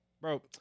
Bro